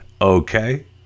okay